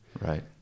Right